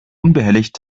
unbehelligt